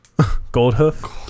Goldhoof